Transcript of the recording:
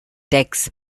takes